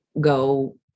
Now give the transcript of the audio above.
go